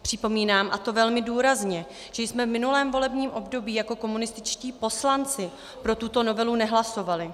Připomínám, a to velmi důrazně, že jsme v minulém volebním období jako komunističtí poslanci pro tuto novelu nehlasovali.